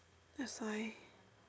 that's why